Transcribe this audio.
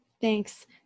thanks